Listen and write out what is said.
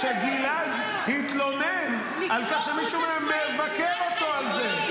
גלעד התלונן על כך שמישהו מבקר אותו על זה.